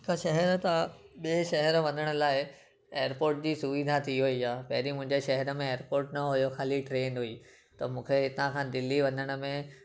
हिकु शहर खां ॿिए शहर वञण लाइ एयरपोट जी सुविधा थी वई आहे पहिरीं मुंहिंजे शहर में एयरपोट न हुओ ख़ाली ट्रेन हुई त मूंखे हितां खां दिल्ली वञण में